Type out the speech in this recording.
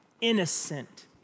innocent